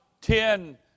ten